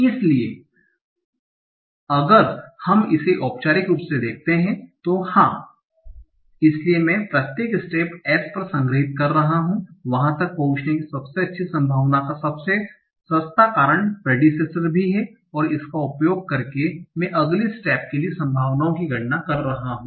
इसलिए अगर हम इसे औपचारिक रूप से देखते हैं तो हां इसलिए मैं प्रत्येक स्टेप S पर संग्रहीत कर रहा हूं वहां तक पहुंचने की सबसे अच्छी संभावना का सबसे सस्ता कारण प्रेडिसेसर भी है और इसका उपयोग करके मैं अगले स्टेप के लिए संभावनाओं की गणना कर रहा हूं